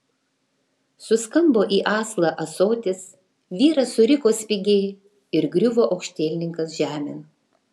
suskambo į aslą ąsotis vyras suriko spigiai ir griuvo aukštielninkas žemėn